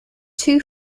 two